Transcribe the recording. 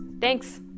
Thanks